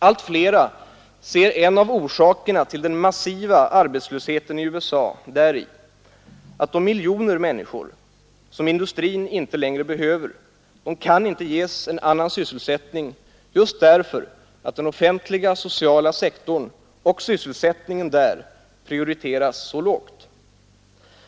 Allt fler ser en av orsakerna till den massiva arbetslösheten i USA däri att de miljoner människor som industrin inte längre behöver inte kan ges annan sysselsättning just därför att den offentliga sociala sektorn och sysselsättningen där prioriteras så lågt.